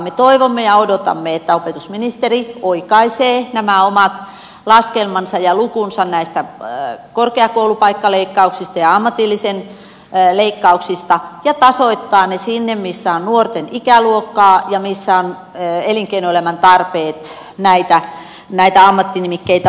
me toivomme ja odotamme että opetusministeri oikaisee nämä omat laskelmansa ja lukunsa näistä korkeakoulupaikkaleikkauksista ja ammatillisen leikkauksista ja tasoittaa ne sinne missä on nuorten ikäluokkaa ja missä elinkeinoelämän tarpeet ovat näitä ammattinimikkeitä vaativia